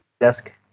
desk